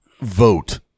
vote